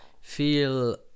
feel